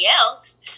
else